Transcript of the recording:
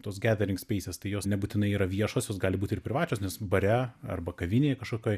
tos gederink speises tai jos nebūtinai yra viešos jos gali būt ir privačios nes bare arba kavinėj kažkokioj